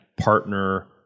partner